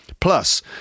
Plus